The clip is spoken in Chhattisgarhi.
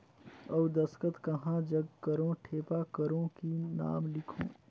अउ दस्खत कहा जग करो ठेपा करो कि नाम लिखो?